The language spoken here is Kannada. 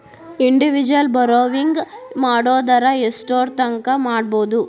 ಇಂಡಿವಿಜುವಲ್ ಬಾರೊವಿಂಗ್ ಮಾಡೊದಾರ ಯೆಷ್ಟರ್ತಂಕಾ ಮಾಡ್ಬೋದು?